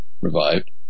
revived